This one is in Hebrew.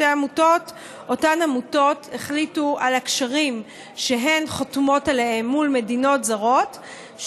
אותן עמותות החליטו על הקשרים שהן חתומות עליהם מול מדינות זרות,